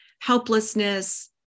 helplessness